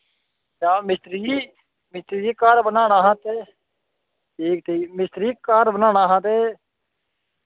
साह्ब मिस्त्री जी मिस्त्री जी घर बनाना हा ते ठीक ठीक मिस्त्री जी घर बनाना हा ते